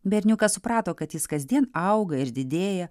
berniukas suprato kad jis kasdien auga ir didėja